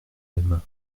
aime